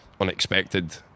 unexpected